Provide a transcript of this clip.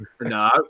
No